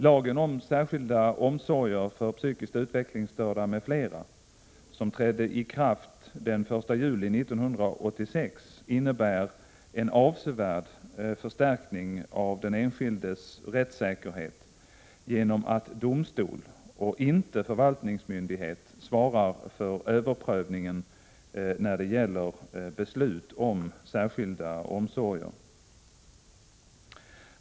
Lagen om särskilda omsorger för psykiskt utvecklingsstörda m.fl. som trädde i kraft den 1 juli 1986 innebär en avsevärd förstärkning av den enskildes rättssäkerhet genom att domstol och inte förvaltningsmyndighet svarar för överprövningen när det gäller beslut om särskilda omsorger.